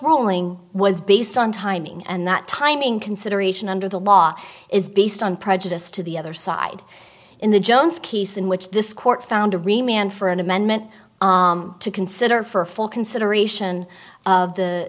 ruling was based on timing and that timing consideration under the law is based on prejudice to the other side in the jones case in which this court found a remained for an amendment to consider for a full consideration of the